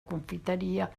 confiteria